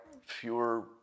fewer